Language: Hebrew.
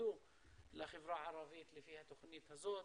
שיועדו לחברה הערבית לפי התוכנית הזאת,